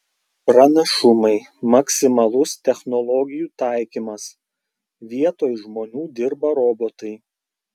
pranašumai maksimalus technologijų taikymas vietoj žmonių dirba robotai